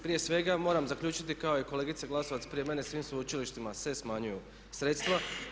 Prije svega moram zaključiti kao i kolegica Glasovac prije mene svim sveučilištima se smanjuju sredstva.